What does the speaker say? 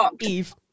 Eve